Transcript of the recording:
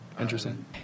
Interesting